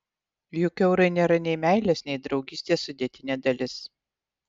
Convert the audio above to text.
juk eurai nėra nei meilės nei draugystės sudėtinė dalis